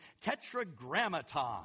tetragrammaton